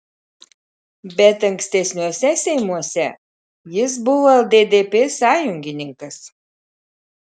bet ankstesniuose seimuose jis buvo lddp sąjungininkas